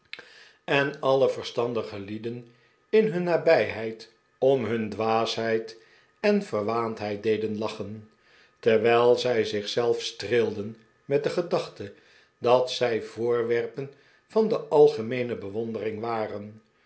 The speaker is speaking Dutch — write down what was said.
en alle verstandige lieden in hun nabijheid om hun dwaasheid en verwaandheid deden lachen terwijl zij zich zelf streelden met de gedachte dat zij voorwerpen van de algemeene bewondering waren